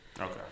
Okay